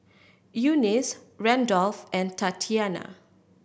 Eunice Randolf and Tatyana